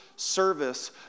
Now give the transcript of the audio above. Service